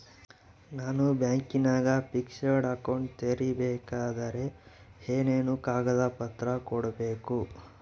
ನಾನು ಬ್ಯಾಂಕಿನಾಗ fixed account ತೆರಿಬೇಕಾದರೆ ಏನೇನು ಕಾಗದ ಪತ್ರ ಕೊಡ್ಬೇಕು?